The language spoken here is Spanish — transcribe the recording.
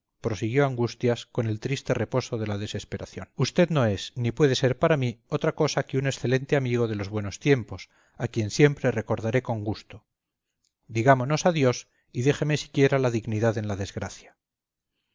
prosiguió angustias con el triste reposo de la desesperación usted no es ni puede ser para mi otra cosa que un excelente amigo de los buenos tiempos a quien siempre recordaré con gusto digámonos adiós y déjeme siquiera la dignidad en la desgracia